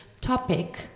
topic